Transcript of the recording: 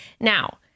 Now